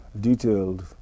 detailed